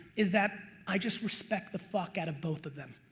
is that i just respect the fuck out of both of them,